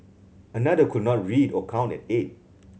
another could not read or count at eight